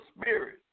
Spirit